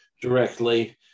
directly